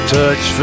touch